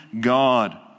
God